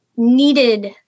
needed